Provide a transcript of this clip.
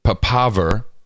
papaver